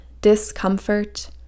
discomfort